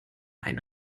ein